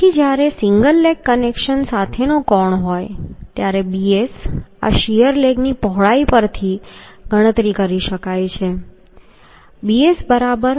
તેથી જ્યારે single leg connection સાથેનો કોણ હોય ત્યારે bs આ શીયર લેગની પહોળાઈ પરથી ગણતરી કરી શકાય છે